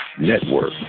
network